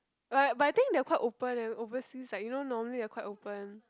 but but I think they are quite open leh overseas like you know normally they are quite open